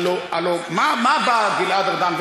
הלוא מה בא גלעד ארדן,